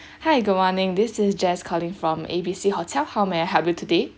hi good morning this is jess calling from A B C hotel how may I help you today